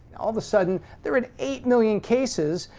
all of a sudden they're at eight million cases,